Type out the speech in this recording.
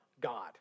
God